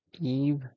Eve